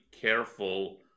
careful